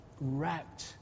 wrapped